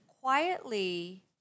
quietly